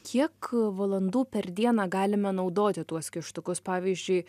kiek valandų per dieną galime naudoti tuos kištukus pavyzdžiui